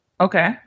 Okay